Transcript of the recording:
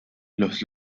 los